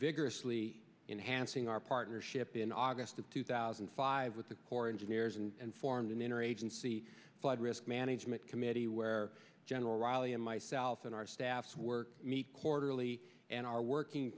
vigorously enhancing our partnership in august of two thousand and five with the corps engineers and formed an interagency flood risk management committee where general riley and myself and our staffs work meet quarterly and are working